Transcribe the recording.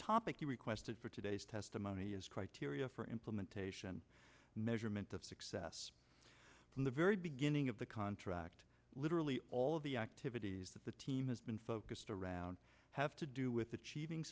topic you requested for today's testimony is criteria for implementation measurement of success from the very beginning of the contract literally all of the activities that the team has been focused around have to do with